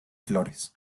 flores